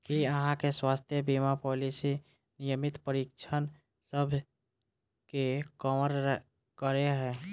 की अहाँ केँ स्वास्थ्य बीमा पॉलिसी नियमित परीक्षणसभ केँ कवर करे है?